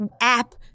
app